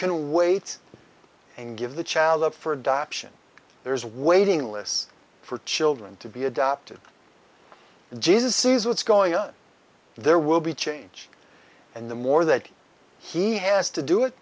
can wait and give the child up for adoption there's waiting lists for children to be adopted jesus sees what's going on there will be change and the more that he has to do it